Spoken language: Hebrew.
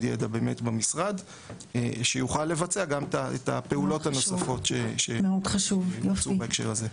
יידע במשרד שיוכל לבצע גם את הפעולות הנוספות שיוקצו בהקשר הזה.